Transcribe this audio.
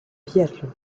biathlon